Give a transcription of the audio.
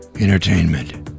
Entertainment